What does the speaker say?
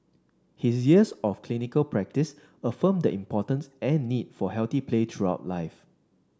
his years of clinical practice affirmed the importance and need for healthy play throughout life